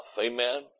amen